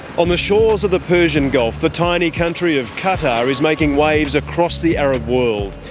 on the shores of the persian gulf the tiny country of qatar is making waves across the arab world.